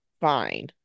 fine